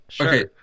Okay